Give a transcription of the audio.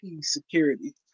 Security